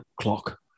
Clock